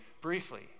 briefly